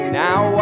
now